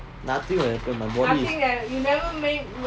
nothing will happen my body